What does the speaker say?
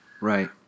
right